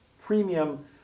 premium